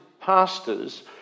pastors